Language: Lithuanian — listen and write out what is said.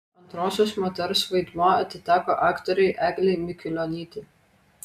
antrosios moters vaidmuo atiteko aktorei eglei mikulionytei